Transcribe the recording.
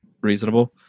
reasonable